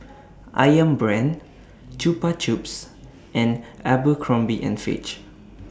Ayam Brand Chupa Chups and Abercrombie and Fitch